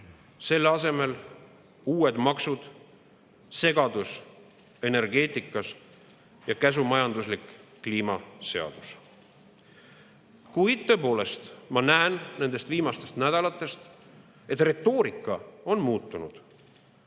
Selle asemel on uued maksud, segadus energeetikas ja käsumajanduslik kliimaseadus. Kuid tõepoolest, ma näen nende viimaste nädalate põhjal, et retoorika on muutunud.